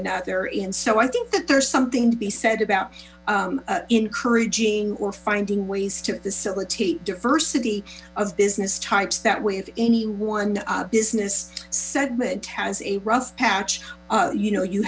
another and so i think that there's something to be said about encouraging or finding ways to facilitate diversity of business types that with any one business segment has a rough patch you know you